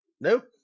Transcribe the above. Nope